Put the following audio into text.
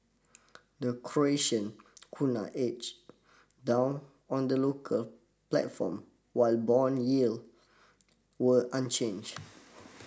the Croatian Kuna edged down on the local platform while bond yield were unchanged